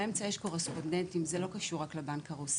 באמצע יש קורספונדנטים וזה לא קשור רק לבנק הרוסי,